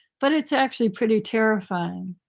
but it's actually pretty terrifying.